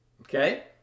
okay